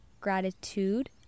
gratitude